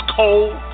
cold